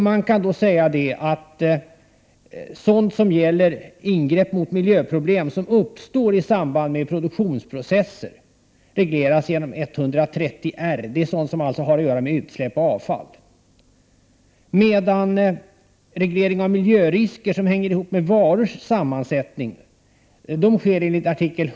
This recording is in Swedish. Frågor om åtgärder mot miljöproblem som uppstår i samband med produktionsprocesser regleras i § 130 R, som behandlar utsläpp och avfall. Frågor om miljörisker som hänger ihop med varors sammansättning behandlas i § 100.